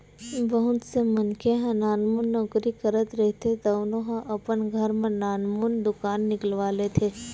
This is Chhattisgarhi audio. बहुत से मनखे ह नानमुन नउकरी करत रहिथे तउनो ह अपन घर म नानमुन दुकान निकलवा लेथे